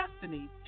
Destiny